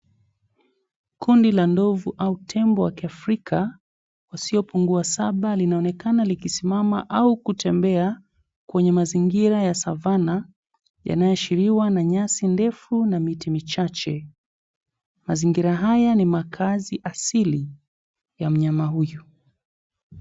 Kundi la ndovu au tembo wa kiafrika wasiopungua saba linaonekana likisimama au kutembea kwenye mazingira ya savana yanayoashiriwa na nyasi ndefu na miti michache, mazingira haya ni makaazi asili ya mnyama huyu.